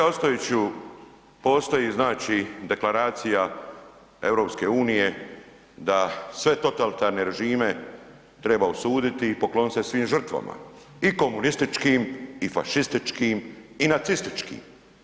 Kolega Ostojiću, postoji, znači Deklaracija EU da sve totalitarne režime treba osuditi i poklonit se svim žrtvama i komunističkim i fašističkim i nacističkim.